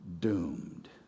doomed